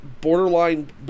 borderline